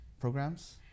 programs